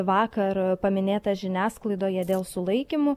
vakar paminėtas žiniasklaidoje dėl sulaikymų